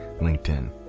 LinkedIn